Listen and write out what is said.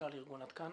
סמנכ"ל ארגון עד כאן.